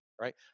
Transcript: right